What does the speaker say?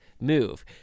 move